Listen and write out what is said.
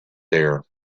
there